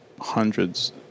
hundreds